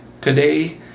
today